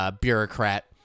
bureaucrat